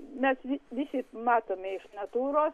mes visi matome iš natūros